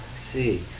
see